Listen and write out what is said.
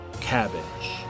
Cabbage